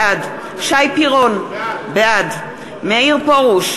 בעד שי פירון, בעד מאיר פרוש,